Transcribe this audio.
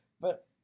but-